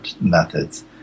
methods